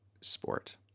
sport